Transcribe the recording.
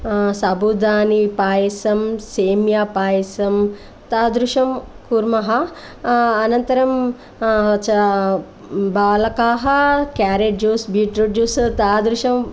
साब्बुदानी पायसं सेमिया पायसं तादृशं कुर्मः अनन्तरं च बालकाः केरेट् जूस् बीट्रूट् जुस् तादृशं